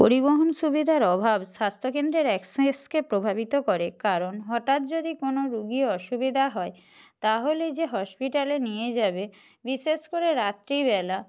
পরিবহন সুবিধার অভাব স্বাস্থ্যকেন্দ্রের অ্যাক্সেসকে প্রভাবিত করে কারণ হঠাৎ যদি কোনো রোগীর অসুবিধা হয় তাহলে যে হসপিটালে নিয়ে যাবে বিশেষ করে রাত্রিবেলা